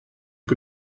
que